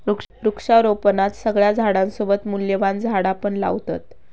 वृक्षारोपणात सगळ्या झाडांसोबत मूल्यवान झाडा पण लावतत